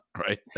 right